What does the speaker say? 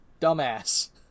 dumbass